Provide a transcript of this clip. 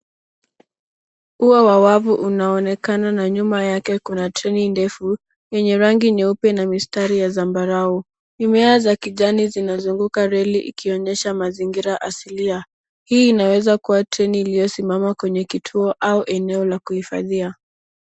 Ua wa wavu unaonekana na nyuma yake kuna treni ndefu, yenye rangi nyeupe na mistari ya zambarau. Mimea za kijani zinazunguka reli ikionyesha mazingira asilia. Hii inaweza kuwa treni iliyosimama kwenye kituo au eneo la kuhifadhia.